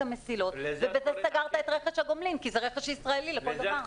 המסילות ובזה סגרת את רכש הגומלין כי זה רכש ישראלי לכל דבר.